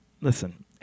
Listen